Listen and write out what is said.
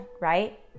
right